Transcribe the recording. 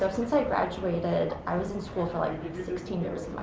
so since i graduated, i was in school for like sixteen years